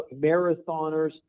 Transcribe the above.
marathoners